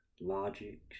logic